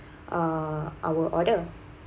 uh our order